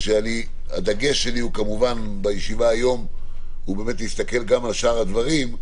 כשהדגש שלי כמובן בישיבה היום הוא להסתכל גם על שאר הדברים,